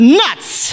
nuts